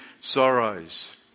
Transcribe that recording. sorrows